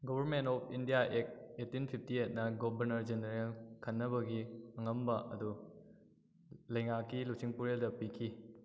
government of India act eighteen fifty ꯑꯦꯠꯅ governor general ꯈꯟꯅꯕꯒꯤ ꯑꯉꯝꯕ ꯑꯗꯨ ꯂꯩꯉꯥꯛꯀꯤ ꯂꯨꯆꯤꯡꯄꯨꯔꯦꯜꯗ ꯄꯤꯈꯤ